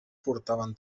portaven